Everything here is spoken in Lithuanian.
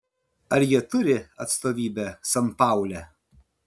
ar jie turi atstovybę sanpaule